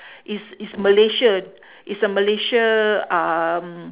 is is malaysia is a malaysia um